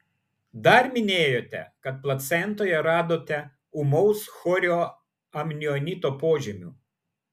dar minėjote kad placentoje radote ūmaus chorioamnionito požymių